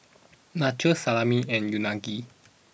Nachos Salami and Unagi